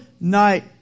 night